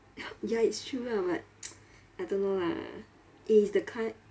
ya it's true lah but I don't know lah eh if the cur~